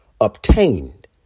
obtained